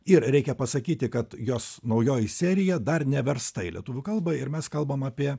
ir reikia pasakyti kad jos naujoji serija dar neversta į lietuvių kalbą ir mes kalbam apie